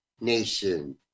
nation